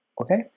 Okay